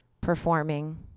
performing